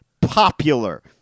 popular